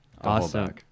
Awesome